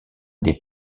des